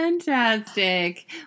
Fantastic